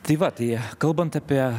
tai va tai kalbant apie